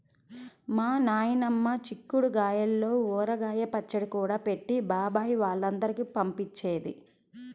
మా నాయనమ్మ చిక్కుడు గాయల్తో ఊరగాయ పచ్చడి కూడా పెట్టి బాబాయ్ వాళ్ళందరికీ పంపించేది